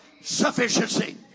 sufficiency